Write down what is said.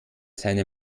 seine